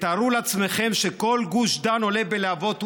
תתארו לעצמכם שכל גוש דן עולה בלהבות ונשרף,